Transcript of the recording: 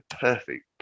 perfect